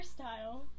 hairstyle